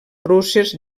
russes